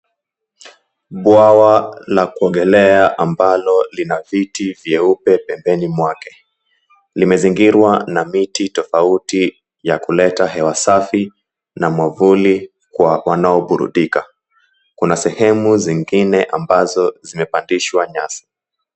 Bwawa la kuogelea ambalo lina viti vyeupe pembeni mwake, limezingirwa na miti tofauti ya kuleta hewa safi na mwavuli kwa wanaoburudika. Kuna sehemu zingine ambazo zimepandishwa nyasi.